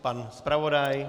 Pan zpravodaj?